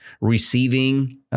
receiving